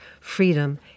freedom